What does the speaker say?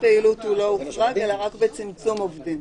פעילות אלא רק בצמצום עובדים.